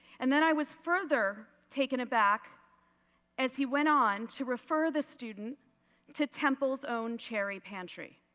and then i was further taken aback as he went on to refer the student to temple's own cherry pantry,